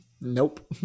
nope